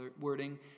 wording